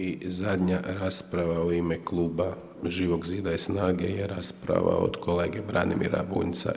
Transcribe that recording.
I zadnja rasprava u ime kluba Živog zida i SNAGA-e je rasprava od kolege Branimira Bunjca.